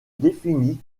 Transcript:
défini